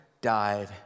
died